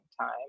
time